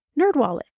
Nerdwallet